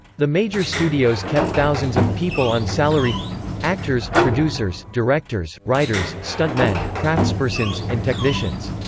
the major studios kept thousands of people on salary actors, producers, directors, writers, stunt men, craftspersons, and technicians.